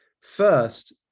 First